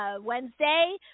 Wednesday